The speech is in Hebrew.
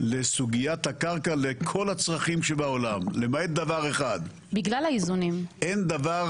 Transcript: לסוגיית הקרקע לכל הצרכים שבעולם -- בגלל האיזונים.